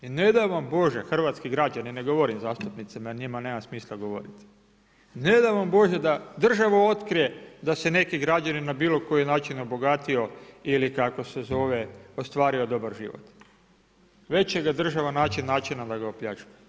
I ne daj vam Bože hrvatski građani, ne govorim zastupnicima jer njima nema smisla govoriti, ne daj vam Bože da država otkrije da se neki građanin na bilo koji način obogatio ili kako se zove ostvario dobar život, već će država naći načina da ga opljačka.